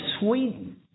Sweden